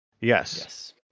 Yes